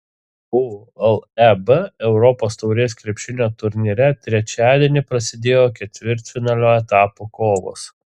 uleb europos taurės krepšinio turnyre trečiadienį prasidėjo ketvirtfinalio etapo kovos